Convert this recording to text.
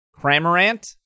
Cramorant